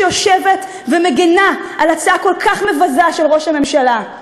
שיושבת ומגינה על הצעה כל כך מבזה של ראש הממשלה,